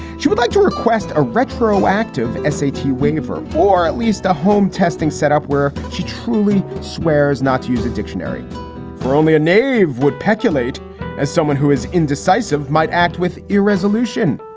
she would like to request a retroactive s a t whinger for or at least a home testing setup where she truly swears not to use a dictionary for only a na? ve would speculate as someone who is indecisive might act with irresolution.